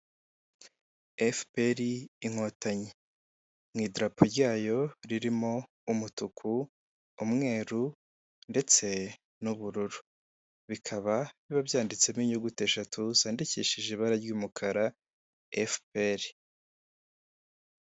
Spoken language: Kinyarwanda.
Efuperi Inkotanyi, mu idarapo ryayo ririmo umutuku, umweru ndetse n'ubururu, bikaba biba byanditsemo inyuguti eshatu zandikishije ibara ry'umukara Efuperi.